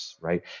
right